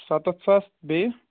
سَتَتھ ساس بیٚیہِ